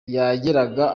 yageraga